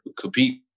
compete